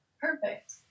Perfect